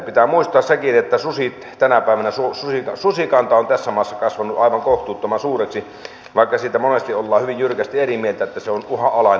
pitää muistaa sekin että tänä päivänä susikanta on tässä maassa kasvanut aivan kohtuuttoman suureksi vaikka siitä monesti ollaan hyvin jyrkästi eri mieltä että se on uhanalainen